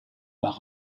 par